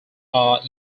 are